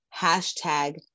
Hashtag